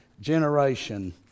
generation